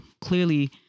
clearly